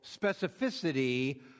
specificity